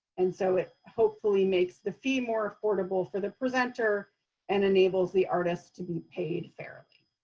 and so it, hopefully, makes the fee more affordable for the presenter and enables the artist to be paid fairly.